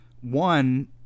One